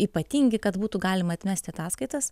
ypatingi kad būtų galima atmesti ataskaitas